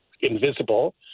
invisible